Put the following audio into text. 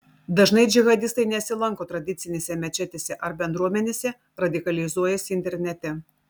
dažnai džihadistai nesilanko tradicinėse mečetėse ar bendruomenėse radikalizuojasi internete